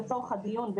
לצורך הדיון,